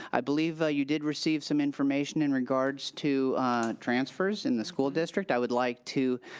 i believe ah you did receive some information in regards to transfers in the school district. i would like to